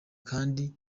kandi